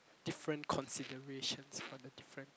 different considerations for the different